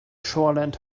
shoreland